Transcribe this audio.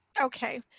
Okay